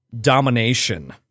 domination